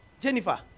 Jennifer